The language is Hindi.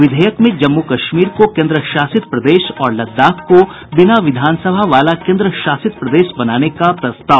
विधेयक में जम्मू कश्मीर को केन्द्रशासित प्रदेश और लद्दाख को बिना विधानसभा वाला केन्द्रशासित प्रदेश बनाने का प्रस्ताव